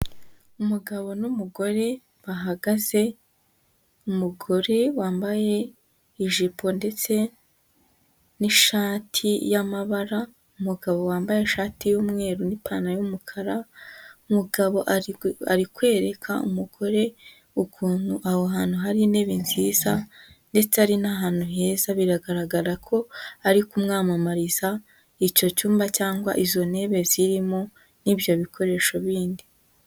Umugabo n'umugore bahagaze, umugore wambaye ijipo ndetse n'ishati y'amabara, umugabo wambaye ishati y'umweru n'ipantalo y'umukara, umugabo ari kwereka umugore ukuntu aho hantu hari intebe nziza, ndetse ari n'ahantu heza, biragaragara ko ari kumwamamariza icyo cyumba, cyangwa izo ntebe zirimo n'ibyo bikoresho bindi.